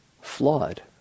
Flawed